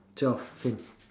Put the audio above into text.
twelve same